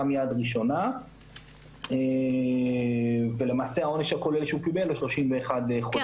יד ראשונה ולמעשה העונש הכולל שהוא קיבל זה 31 חודשים.